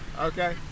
Okay